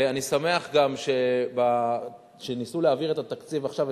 אני שמח גם שכשניסו להעביר את התקציב עכשיו,